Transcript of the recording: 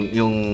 yung